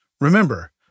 Remember